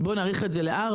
בואו נאריך את זה לארבע.